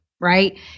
right